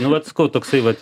nu vat sakau toksai vat